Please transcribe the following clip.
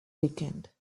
weekend